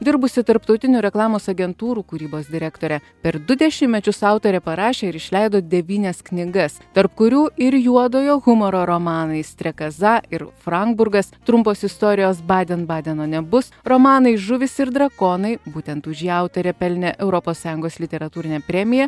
dirbusi tarptautinių reklamos agentūrų kūrybos direktore per du dešimtmečius autorė parašė ir išleido devynias knygas tarp kurių ir juodojo humoro romanai strekaza ir framburgas trumpos istorijos baiden baideno nebus romanai žuvys ir drakonai būtent už jį autorė pelnė europos sąjungos literatūrinę premiją